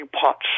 pots